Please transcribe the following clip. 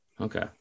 Okay